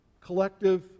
collective